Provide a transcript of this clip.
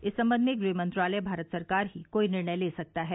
इस संबंध में गृह मंत्रालय भारत सरकार ही कोई निर्णय ले सकता है